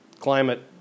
climate